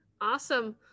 awesome